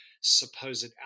supposed